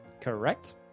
Correct